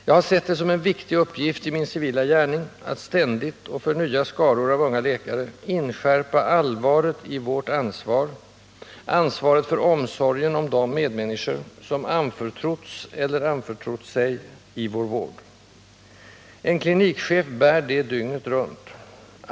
Jag har sett det som en viktig uppgift i min civila gärning att ständigt — och hos nya skaror av unga läkare — inskärpa allvaret i vårt ansvar, ansvaret för omsorgen om de medmänniskor som har anförtrotts, eller anförtrott sig, i vår vård. En klinikchef bär det ansvaret dygnet runt.